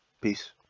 peace